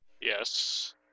Yes